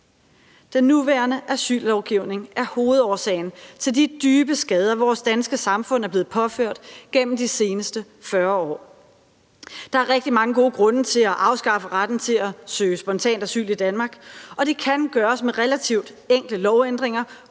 Den nuværende asyllovgivning er hovedårsagen til de dybe skader, vores danske samfund er blevet påført gennem de seneste 40 år. Der er rigtig mange gode grunde til at afskaffe retten til at søge spontan asyl i Danmark, og det kan gøres med relativt enkle lovændringer